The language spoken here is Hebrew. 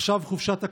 עכשיו חופשת הקיץ.